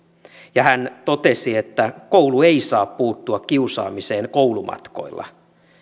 ja hän totesi että miksi koulu ei saa puuttua kiusaamiseen koulumatkoilla